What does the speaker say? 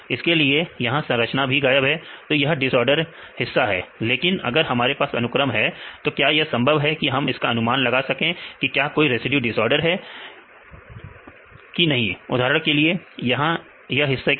इसलिए यहां संरचना भी गायब है तो यह डिसऑर्डर हिस्सा है लेकिन अगर हमारे पास अनुक्रम है तो क्या यह संभव है कि हम इसका अनुमान लगा सकें कि क्या कोई रेसिड्यू डिसऑर्डर है कि नहीं उदाहरण के लिए यहां इस हिस्से के लिए